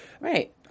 right